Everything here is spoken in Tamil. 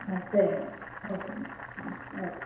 ஆ சரிங்க ஓகே மேடம் ம் ஓகே